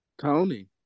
Tony